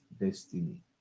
destiny